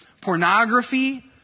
pornography